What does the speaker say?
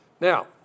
Now